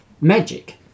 magic